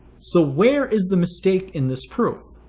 so where is the mistake in this proof?